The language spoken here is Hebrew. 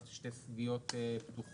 שתי סוגיות פתוחות,